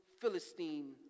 Philistine